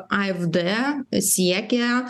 afd siekia